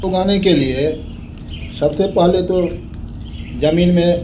उगाने के लिए सब से पहले तो ज़मीन में